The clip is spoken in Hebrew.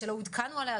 שלא עודכנו עליה,